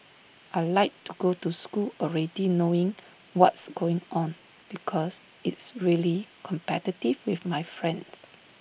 I Like to go to school already knowing what's going on because it's really competitive with my friends